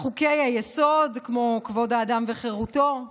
לחוקי-היסוד, כמו כבוד האדם וחירותו.